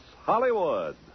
Hollywood